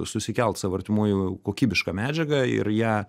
susikelt savo artimuojų kokybišką medžiagą ir ją